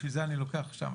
בשביל זה אני לוקח לשם,